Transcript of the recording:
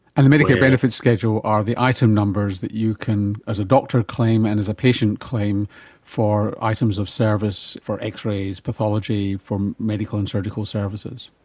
and the medicare benefit schedule are the item numbers that you can as a doctor claim and as a patient claim for items of service, for x-rays, pathology, for medical and surgical services.